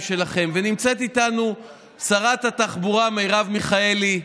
נדחוף להורדת תשלומי ההורים.